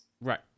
Right